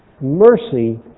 mercy